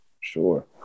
Sure